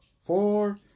four